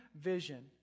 vision